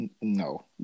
No